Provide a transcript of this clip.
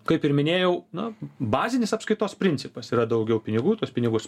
kaip ir minėjau na bazinis apskaitos principas yra daugiau pinigų tuos pinigus